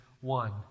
one